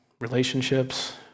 relationships